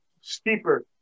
steeper